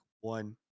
one